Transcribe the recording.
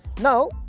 Now